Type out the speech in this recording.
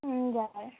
हजुर